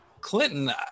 clinton